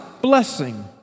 blessing